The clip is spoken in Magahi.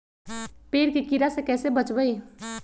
पेड़ के कीड़ा से कैसे बचबई?